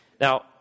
now